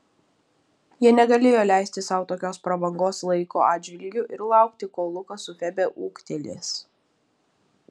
jie negalėjo leisti sau tokios prabangos laiko atžvilgiu ir laukti kol lukas su febe ūgtelės